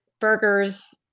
burgers